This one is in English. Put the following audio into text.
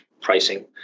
pricing